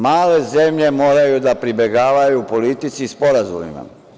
Male zemlje moraju da pribegavaju politici sporazumima.